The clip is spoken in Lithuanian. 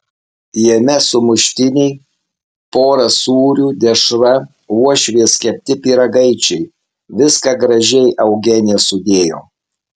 jame sumuštiniai pora sūrių dešra uošvės kepti pyragaičiai viską gražiai eugenija sudėjo